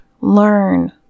learn